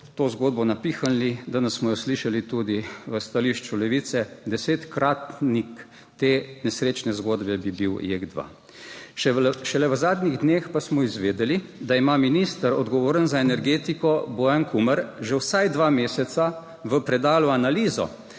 to zgodbo napihnili, danes smo jo slišali tudi v stališču Levice, desetkratnik te nesrečne zgodbe bi bil Jek 2. Šele v zadnjih dneh pa smo izvedeli, da ima minister, odgovoren za energetiko, Bojan Kumer, že vsaj dva meseca v predalu analizo